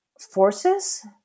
forces